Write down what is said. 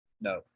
No